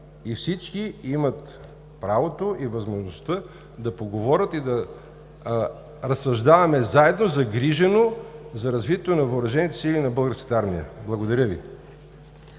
Всички имат правото и възможността да поговорят, да разсъждаваме заедно, загрижено за развитието на Въоръжените сили на Българската армия. Благодаря Ви.